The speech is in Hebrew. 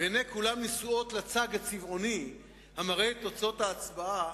ועיני כולם נשואות לצג הצבעוני המראה את תוצאות ההצבעה,